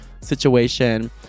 situation